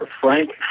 Frank